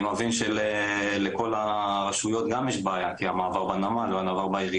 אני מבין שלכל הרשויות גם יש בעיה כי המעבר בנמל והעירייה,